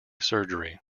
surgery